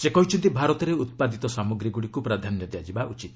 ସେ କହିଛନ୍ତି ଭାରତରେ ଉତ୍ପାଦିତ ସାମଗ୍ରୀଗୁଡ଼ିକୁ ପ୍ରାଧାନ୍ୟ ଦିଆଯିବା ଉଚିତ